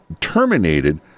terminated